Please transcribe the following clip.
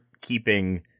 keeping